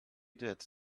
duets